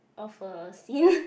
of a scene